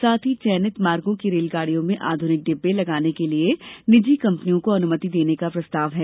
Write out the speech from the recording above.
साथ ही चयनित मार्गों की रेलगाडियों में आध्रनिक डिब्डे लगाने के लिए निजी कम्पनियों को अनुमति देने का प्रस्ताव है